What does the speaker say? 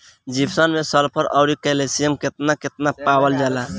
Gypsum मैं sulphur औरी calcium कितना कितना पावल जाला?